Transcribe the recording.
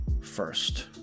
first